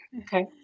Okay